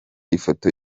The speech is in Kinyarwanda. ifoto